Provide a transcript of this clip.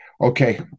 Okay